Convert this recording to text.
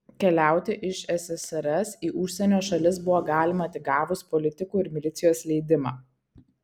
keliauti iš ssrs į užsienio šalis buvo galima tik gavus politikų ir milicijos leidimą